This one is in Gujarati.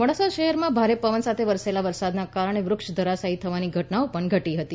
મોડાસા શહેરમાં ભારે પવન સાથે વરસેલા વરસાદને કારણે વૃક્ષ ધરાશાયી થવાની ઘટનાઓ પણ ઘટતી હતી